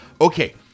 okay